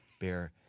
bear